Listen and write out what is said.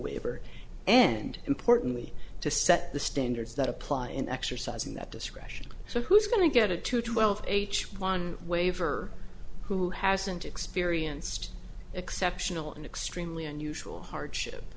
waiver and importantly to set the standards that apply in exercising that discretion so who's going to get it to twelve h one waiver who hasn't experienced exceptional and extremely unusual hardship